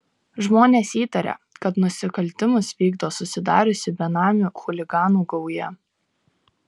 žmonės įtaria kad nusikaltimus vykdo susidariusi benamių chuliganų gauja